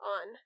on